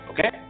Okay